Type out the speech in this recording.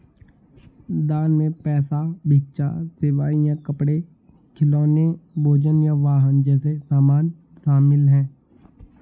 दान में पैसा भिक्षा सेवाएं या कपड़े खिलौने भोजन या वाहन जैसे सामान शामिल हैं